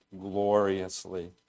gloriously